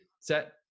set